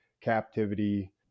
captivity